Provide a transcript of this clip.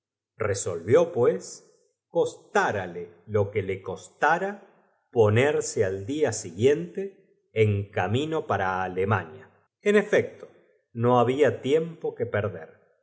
resolvió pues costárale lo que le costara ponerse al día siguie nte en camin o para alcmania en efecto no había tiempo que perder